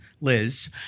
Liz